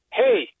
hey